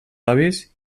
avis